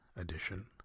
edition